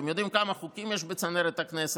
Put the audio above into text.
אתם יודעים כמה חוקים יש בצנרת הכנסת.